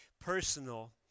personal